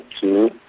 two